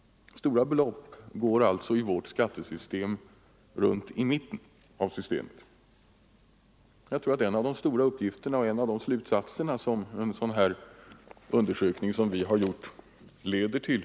Stora belopp går alltså i vårt skattesystem runt i mitten av systemet. Jag tror att det är en av de viktigaste slutsatser som en sådan undersökning som vi gjort leder till.